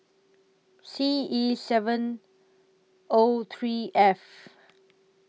C E seven O three F